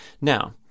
Now